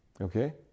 Okay